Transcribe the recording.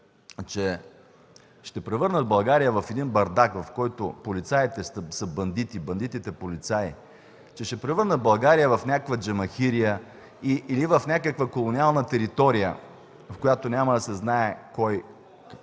че ще превърнат България в бардак, в който полицаите са бандити и бандитите – полицаи, че ще превърнат България в някаква Джамахирия или в някаква колониална територия, в която няма да се знае кой